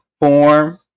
form